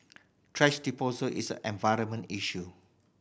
thrash disposal is an environmental issue